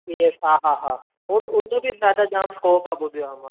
C S हा हा हा हो उदो बि जादा जाम स्कोप आहे ॿुधियो आहे